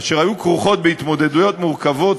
אשר היו כרוכות בהתמודדויות מורכבות